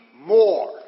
more